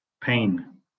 pain